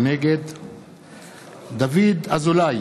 נגד דוד אזולאי,